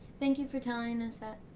thank you for telling us that.